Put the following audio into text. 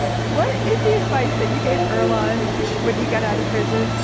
what is the advice that you gave earlonne when he got out of prison?